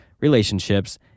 relationships